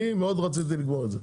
אני מאוד רציתי לגמור את זה,